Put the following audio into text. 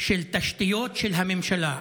לתשתיות של הממשלה.